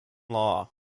law